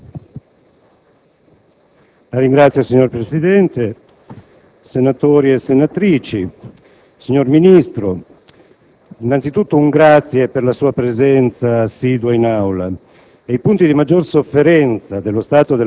Per concludere, signor Presidente, il Gruppo Per le Autonomie esprime la fiducia al Ministro della giustizia e approva la sua relazione e al tempo stesso la proposta di risoluzione presentata dalla senatrice Finocchiaro e dagli altri Capigruppo, noi inclusi,